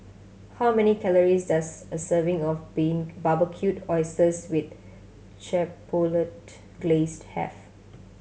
how many calories does a serving of Barbecued Oysters with Chipotle Glaze have